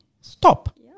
stop